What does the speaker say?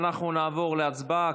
אנחנו נעבור להצבעה.